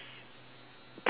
catastrophic